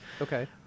okay